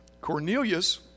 Cornelius